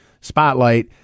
spotlight